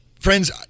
friends